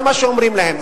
זה מה שאומרים להם.